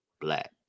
black